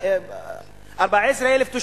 14,000,